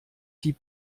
die